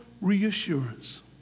reassurance